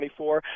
24